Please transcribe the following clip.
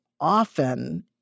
often